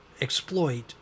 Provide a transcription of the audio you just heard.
exploit